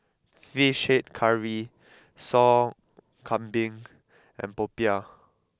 Fish Head Curry Sop Kambing and Popiah